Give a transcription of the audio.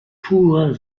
purer